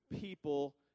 people